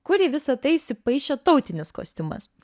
kur į visa tai įsipaišė tautinis kostiumas